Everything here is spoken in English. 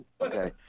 Okay